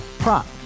Prop